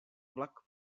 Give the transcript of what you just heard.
vlak